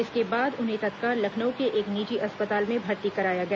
इसके बाद उन्हें तत्काल लखनऊ के एक निजी अस्पताल में भर्ती कराया गया